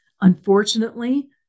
unfortunately